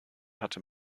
hatte